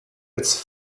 its